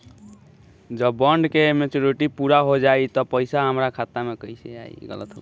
जब बॉन्ड के मेचूरिटि पूरा हो जायी त पईसा हमरा खाता मे कैसे आई?